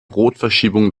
rotverschiebung